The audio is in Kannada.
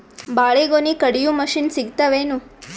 ಬಾಳಿಗೊನಿ ಕಡಿಯು ಮಷಿನ್ ಸಿಗತವೇನು?